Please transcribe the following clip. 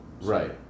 Right